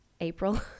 April